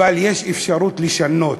ויש אפשרות לשנות,